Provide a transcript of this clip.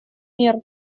мер